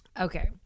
okay